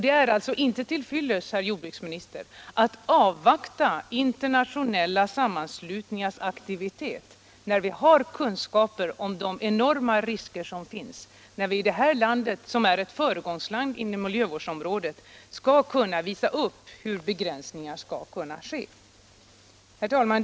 Det är alltså inte till fyllest, herr jordbruksminister, att avvakta internationella sammanslutningars aktivitet, när vi har kunskaper om de enorma risker som finns och när vi i vårt land, som är ett föregångsland inom miljövårdsområdet, borde kunna visa upp hur begränsningar skall ske. Herr talman!